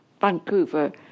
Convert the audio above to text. Vancouver